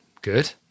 Good